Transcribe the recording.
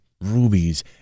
rubies